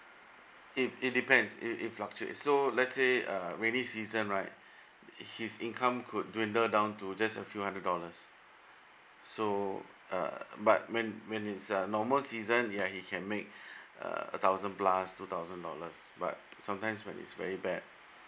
it it depends it fluctuates so let's say uh raining season right his income could dwindle down to just a few hundred dollars so uh but when when it's a normal season ya he can make uh a thousand plus two thousand dollars but sometimes when it's very bad